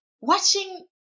watching